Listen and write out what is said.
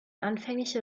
anfängliche